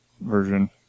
version